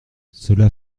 cela